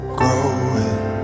growing